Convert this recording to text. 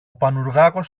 πανουργάκος